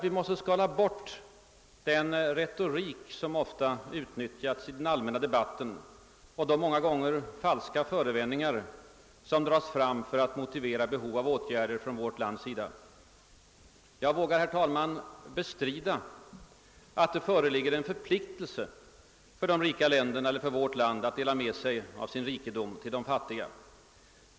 Vi måste skala bort den retorik som ofta utnyttjats i den allmänna debatten och de många gånger falska förevändningar som dras fram för att motivera behov av åtgärder från vårt land. Jag vågar, herr talman, bestrida att det föreligger en förpliktelse för de rika länderna eller för vårt land att dela med sig av sin rikedom till de fattiga länderna.